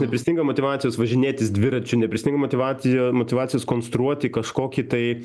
nepristinga motyvacijos važinėtis dviračiu nepristinga motyvacija motyvacijos konstruoti kažkokį tai